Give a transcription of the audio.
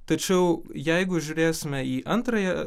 tačiau jeigu žiūrėsime į antrąją